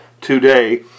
today